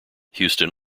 houston